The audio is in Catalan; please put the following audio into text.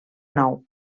nou